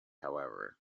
however